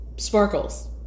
Sparkles